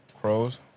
Crows